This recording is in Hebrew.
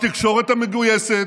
בתקשורת המגויסת,